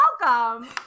Welcome